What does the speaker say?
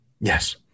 Yes